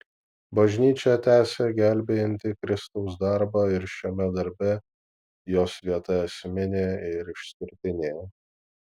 bažnyčią tęsia gelbėjantį kristaus darbą ir šiame darbe jos vieta esminė ir išskirtinė